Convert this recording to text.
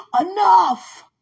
enough